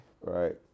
right